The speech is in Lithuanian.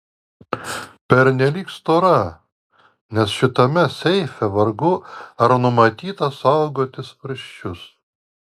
pernelyg stora nes šitame seife vargu ar numatyta saugoti svarsčius